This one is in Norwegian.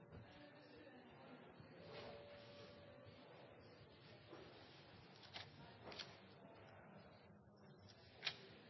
President,